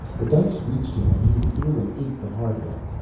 the dice reached him and he threw an eight the hard way.